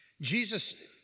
Jesus